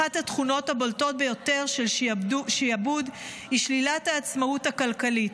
אחת התכונות הבולטות ביותר של שעבוד היא שלילת העצמאות הכלכלית.